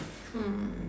hmm